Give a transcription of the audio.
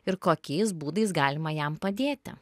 ir kokiais būdais galima jam padėti